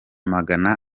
magana